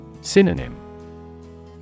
Synonym